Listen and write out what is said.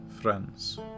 friends